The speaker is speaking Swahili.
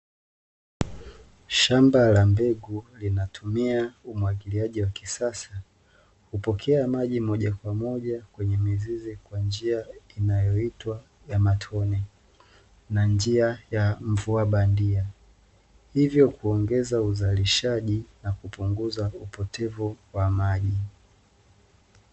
Shamba la mbegu linatumia umwagiliaji wa kisasa, hupokea maji moja kwa moja kwenye mizizi kwa njia inayoitwa ya matone na njia ya mvua bandia hivyo kuongeza uzalishaji na kupunguza upotevu wa maji.